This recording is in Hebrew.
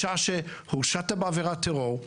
בשעה שהורשעת בעבירת טרור,